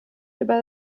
über